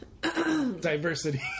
Diversity